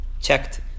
checked